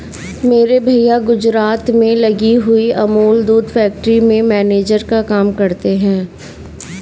मेरे भैया गुजरात में लगी हुई अमूल दूध फैक्ट्री में मैनेजर का काम करते हैं